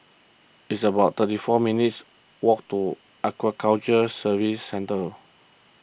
it's about thirty four minutes' walk to Aquaculture Services Centre